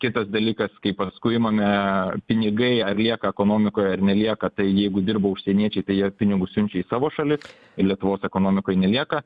kitas dalykas kai paskui imame pinigai ar lieka ekonomikoj ar nelieka tai jeigu dirba užsieniečiai tai jie pinigus siunčia į savo šalis ir lietuvos ekonomikoj nelieka